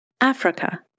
Africa